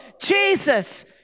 Jesus